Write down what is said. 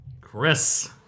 Chris